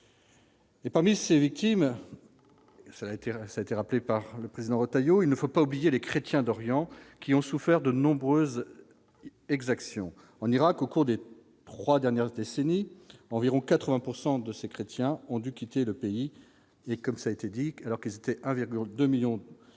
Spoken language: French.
et parmi ces victimes, ça l'intéresse, a été rappelé par le président Retailleau il ne faut pas oublier les chrétiens d'Orient qui ont souffert de nombreuses exactions en Irak au cours des 3 dernières décennies environ 80 pourcent de ces chrétiens ont dû quitter le pays et comme ça a été dit, alors que c'était 1,2 millions dans